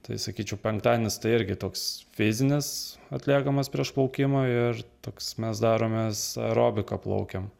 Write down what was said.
tai sakyčiau penktadienis tai irgi toks fizinis atliekamas prieš plaukimą ir toks mes daromės aerobika plaukiam